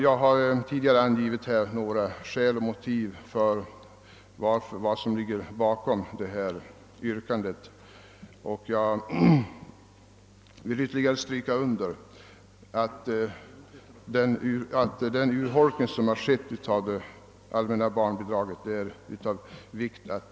Jag har tidigare angivit många skäl och motiv för vårt yrkande, och jag vill ytterligare understryka att det är av vikt att nackdelarna av denna urholkning av det allmänna barnbidragets värde elimineras.